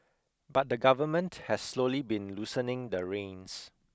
but the Government has slowly been loosening the reins